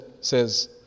says